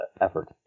effort